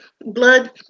blood